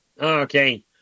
Okay